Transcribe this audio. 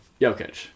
Jokic